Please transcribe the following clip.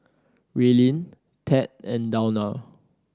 Raelynn Tad and Dawna